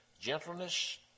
gentleness